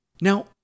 Now